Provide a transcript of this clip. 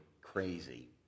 crazy